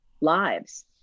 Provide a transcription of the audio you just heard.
lives